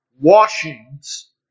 washings